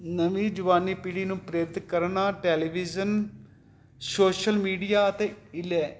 ਨਵੀਂ ਜਵਾਨੀ ਪੀੜ੍ਹੀ ਨੂੰ ਪ੍ਰੇਰਿਤ ਕਰਨਾ ਟੈਲੀਵਿਜ਼ਨ ਸੋਸ਼ਲ ਮੀਡੀਆ ਅਤੇ ਇਲੇ